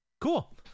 Cool